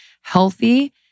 healthy